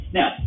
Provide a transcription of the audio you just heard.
now